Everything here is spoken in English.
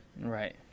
Right